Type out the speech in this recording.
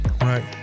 Right